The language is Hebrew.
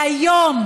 והיום,